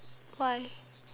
why